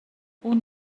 اون